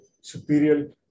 superior